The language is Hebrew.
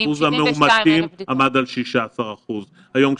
אחוז המאומתים עמד על 16%. היום,